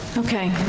okay,